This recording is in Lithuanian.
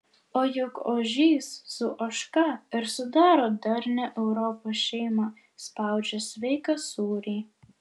o juk ožys su ožka ir sudaro darnią europos šeimą spaudžia sveiką sūrį